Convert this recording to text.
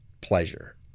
pleasure